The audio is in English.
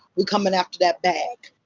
we're coming after that bag.